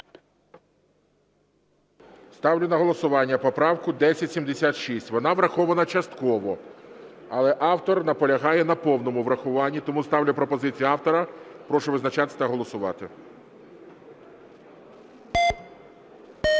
Ставлю на голосування поправку 1076. Вона врахована частково. Але автор наполягає на повному врахуванні. Тому ставлю пропозицію автора. Прошу визначатися та голосувати.